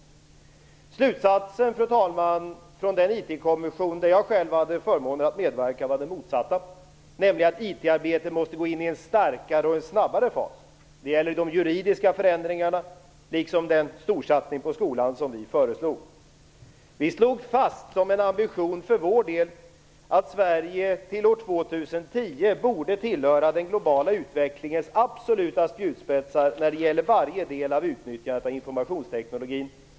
Fru talman! Slutsatsen från den IT-kommission där jag själv hade förmånen att medverka var den motsatta, nämligen att IT-arbetet måste gå in i en starkare och snabbare fas. Det gäller de juridiska förändringarna liksom den stora satsning på skolan som vi föreslog. Vi slog fast som en ambition för vår del att Sverige till år 2010 borde tillhöra den globala utvecklingens absoluta spjutspetsar beträffande varje del av utnyttjandet av informationsteknologin.